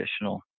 additional